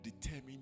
determine